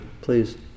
Please